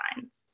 signs